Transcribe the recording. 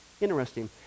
interesting